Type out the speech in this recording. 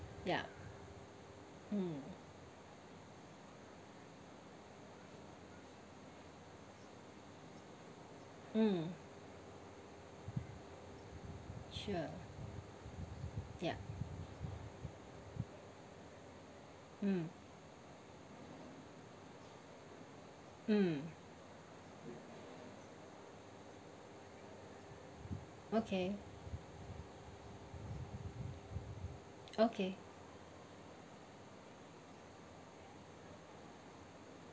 ya mm mm sure ya mm mm okay okay